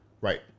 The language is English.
Right